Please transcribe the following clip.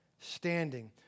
standing